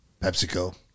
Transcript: PepsiCo